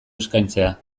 eskaintzea